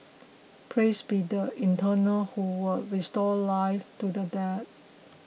praise be the Eternal who will restore life to the dead